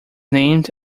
named